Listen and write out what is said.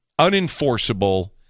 unenforceable